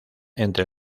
entre